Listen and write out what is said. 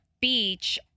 Beach